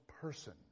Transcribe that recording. person